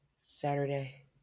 Saturday